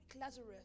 Lazarus